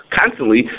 constantly